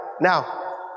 now